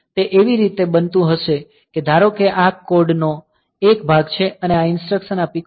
તે એવી રીતે બનતું હશે કે ધારો કે આ કોડ નો એક ભાગ છે અને આ ઇન્સ્ટ્રક્સન આ PCON